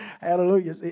hallelujah